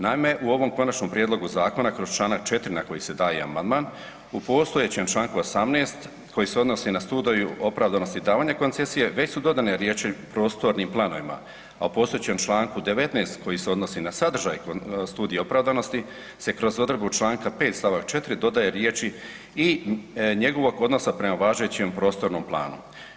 Naime, u ovom konačnom prijedlogu zakona kroz čl. 4. na koji se daje amandman, u postojećem čl. 18. koji se odnosi na studiju opravdanosti davanja koncesije, već su dodane riječi „prostornim planovima“ a u postojećem čl. 19. koji se odnosi na sadržaj studije opravdanosti se kroz odredbu čl. 5. stavak 4. dodaje riječi „i njegovog odnosa prema važećim prostornom planu“